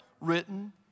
written